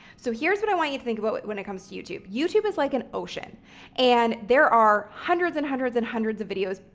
so here's what i want you to think about when it comes to youtube. youtube is like an ocean and there are hundreds and hundreds and hundreds of videos,